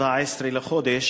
17 לחודש,